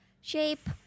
Shape